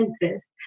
interest